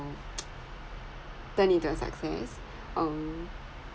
turn into a success um